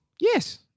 Yes